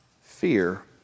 fear